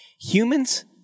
humans